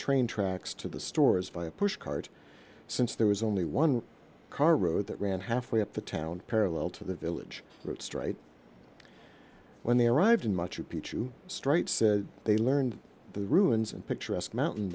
train tracks to the stores by a push cart since there was only one car road that ran halfway up the town parallel to the village route stright when they arrived in much of picchu stright said they learned the ruins and picturesque mountain